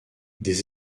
des